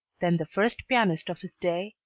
then the first pianist of his day,